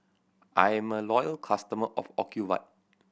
I'm a loyal customer of Ocuvite